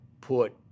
put